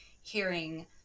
hearing